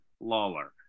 Lawler